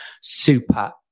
super